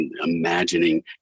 imagining